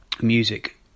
music